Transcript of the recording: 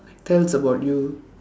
tells about you